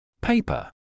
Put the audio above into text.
Paper